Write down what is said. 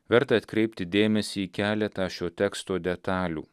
verta atkreipti dėmesį į keletą šio teksto detalių